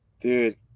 Dude